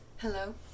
Hello